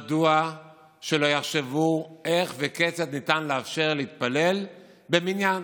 מדוע שלא יחשבו איך וכיצד ניתן לאפשר להתפלל במניין,